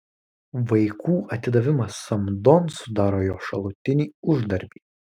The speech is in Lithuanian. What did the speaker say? vaikų atidavimas samdon sudaro jo šalutinį uždarbį